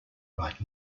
right